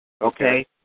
Okay